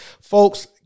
Folks